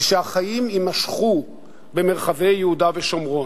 ושהחיים יימשכו במרחבי יהודה ושומרון.